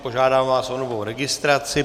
Požádám vás o novou registraci.